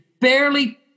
barely